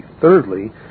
Thirdly